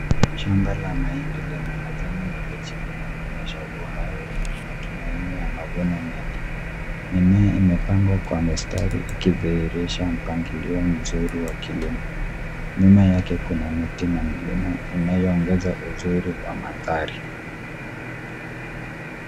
Shamba la mahindi lenye majani mabichi linaloonyesha uhai na matumaini ya mavuno mengi. Mimea imepangwa kwa mistari ikidhihirisha mpangilio mzuri wa kilimo. Nyuma yake kuna miti na milima inayoongeza uzuri wa mandhari.